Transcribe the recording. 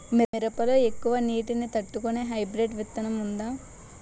మిరప లో ఎక్కువ నీటి ని తట్టుకునే హైబ్రిడ్ విత్తనం వుందా?